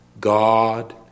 God